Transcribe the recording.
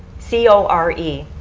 c o r e.